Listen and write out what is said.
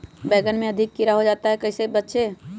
बैंगन में अधिक कीड़ा हो जाता हैं इससे कैसे बचे?